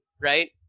right